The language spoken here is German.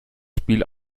spiel